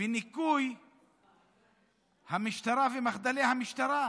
וניקוי המשטרה ומחדלי המשטרה.